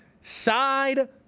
side